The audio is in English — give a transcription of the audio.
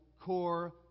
core